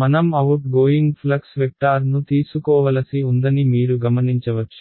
మనం outgoing flux వెక్టార్ను తీసుకోవలసి ఉందని మీరు గమనించవచ్చు